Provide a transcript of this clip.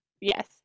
Yes